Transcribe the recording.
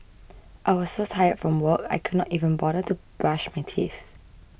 I was so tired from work I could not even bother to brush my teeth